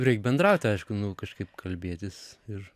reik bendraut aišku nu kažkaip kalbėtis ir